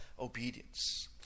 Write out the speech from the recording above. obedience